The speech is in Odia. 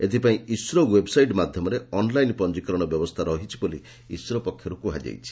ଏଥିପାଇଁ ଇସ୍ରୋ ଓ୍ୱେବ୍ସାଇଟ୍ ମାଧ୍ଧମରେ ଅନ୍ଲାଇନ୍ ପଞିକରଣ ବ୍ୟବସ୍ଥା ରହିଛି ବୋଲି ଇସ୍ରୋ ପକ୍ଷରୁ କୁହାଯାଇଛି